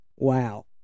Wow